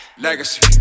legacy